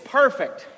perfect